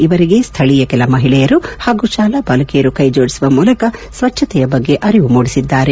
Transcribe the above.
ಇವರಿಗೆ ಸ್ಥಳೀಯ ಕೆಲ ಮಹಿಳೆಯರು ಹಾಗೂ ಶಾಲಾ ಬಾಲಕಿಯರು ಕೈ ಜೋಡಿಸುವ ಮೂಲಕ ಸ್ವಚ್ವತೆ ಬಗ್ಗೆ ಅರಿವು ಮೂಡಿಸಿದ್ದಾರೆ